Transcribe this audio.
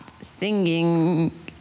singing